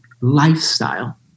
lifestyle